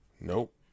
nope